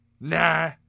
Nah